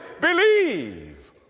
Believe